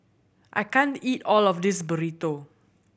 I can't eat all of this Burrito